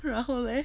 然后 leh